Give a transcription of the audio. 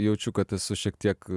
jaučiu kad esu šiek tiek